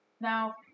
Now